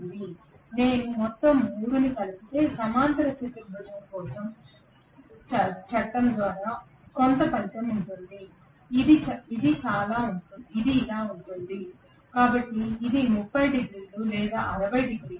ఇప్పుడు నేను మొత్తం 3 ని కలిపితే సమాంతర చతుర్భుజం చట్టం ద్వారా కొంత ఫలితం ఉంటుంది ఇది ఇలా ఉంటుంది కాబట్టి ఇది 30 డిగ్రీలు లేదా 60 డిగ్రీలు